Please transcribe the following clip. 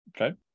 Okay